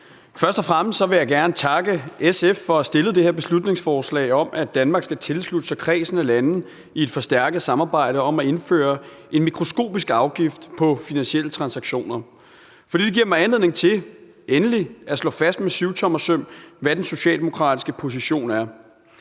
Først og fremmest vil jeg gerne takke SF for at have fremsat det her beslutningsforslag om, at Danmark skal tilslutte sig kredsen af de lande, der indgår i et forstærket samarbejde om at indføre en mikroskopisk afgift på finansielle transaktioner. For det giver mig anledning til – endelig – at slå fast med syvtommersøm, hvad den socialdemokratiske position er.